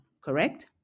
Correct